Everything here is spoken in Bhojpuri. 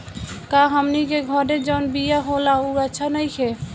का हमनी के घरे जवन बिया होला उ अच्छा नईखे?